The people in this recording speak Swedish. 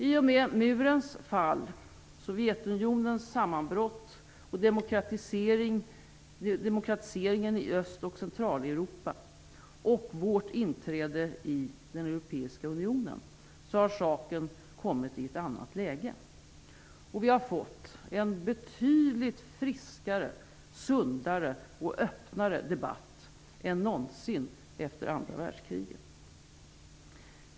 I och med murens fall, Sovjetunionens sammanbrott, demokratiseringen i Öst och Centraleuropa och vårt inträde i den europeiska unionen har saken kommit i ett annat läge. Vi har fått en betydligt friskare, sundare och öppnare debatt än någonsin efter andra världskriget.